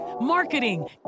marketing